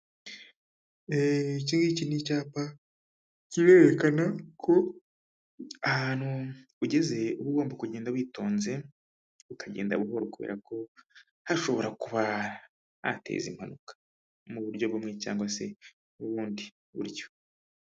Ikigi ni icyapa kirerekana ko ahantu ugeze uba ugomba kugenda witonze ukagenda buhoro kubera ko hashobora kuba hateza impanuka mu buryo bumwe cyangwa se'ubundi buryo.